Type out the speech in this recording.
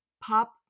pop